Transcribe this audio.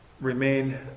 remain